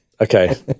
Okay